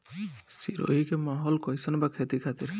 सिरोही के माहौल कईसन बा खेती खातिर?